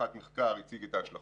רח"ט מחקר הציג את ההשלכות.